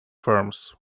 firms